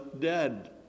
dead